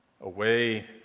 away